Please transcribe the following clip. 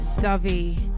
Dovey